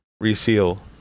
reseal